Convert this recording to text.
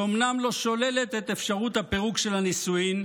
שאומנם לא שוללת את אפשרות הפירוק של הנישואים,